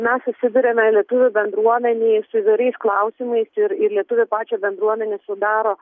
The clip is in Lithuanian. mes susiduriame lietuvių bendruomenėj su įvairiais klausimais ir ir lietuvių pačią bendruomenę sudaro